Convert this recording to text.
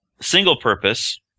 single-purpose